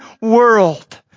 world